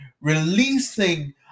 releasing